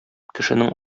кешенең